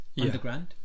underground